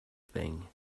thing